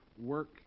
work